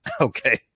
okay